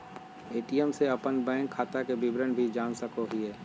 ATM से अपन bank खाता के विवरण भी जान सको हिये